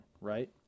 right